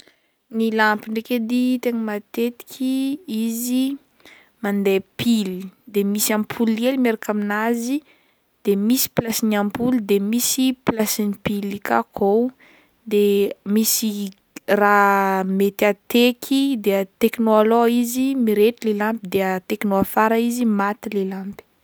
Ny lampy ndraiky edy tegna matetiky izy mande pily, de misy ampoly hely miaraka amin'azy de misy placen'ny ampoly de misy placen'ny pily i ka akao de misy raha mety ateky de atekinao alôha izy mirehitry lampy de atekinao afara izy maty le lampy.